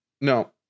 no